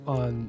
on